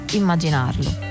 immaginarlo